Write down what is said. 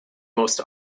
most